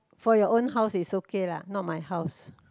for your own house it's okay lah not my house